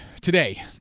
today